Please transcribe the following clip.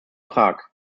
prag